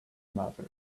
matter